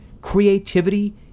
Creativity